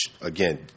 again